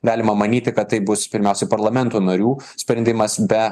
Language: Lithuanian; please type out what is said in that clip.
galima manyti kad tai bus pirmiausiai parlamento narių sprendimas be